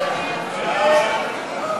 הצעת סיעת מרצ להביע